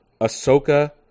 Ahsoka